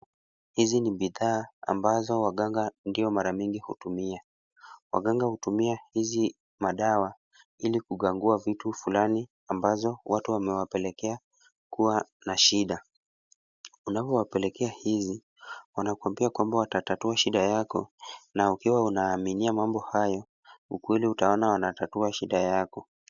Hizi ni bidhaa ambazo ndizo mara nyingi waganga hutumia. Waganga hutumia hizi madawa ili kugangua vitu fulani, ambazo watu wamewapelekea kuwa na shida. Umavyo wapelekea hizi wanakuambia kuwa watatatua shida hayo na ikiwa unaamini mambo hayo, ukweli utaona wanatatua shida yako.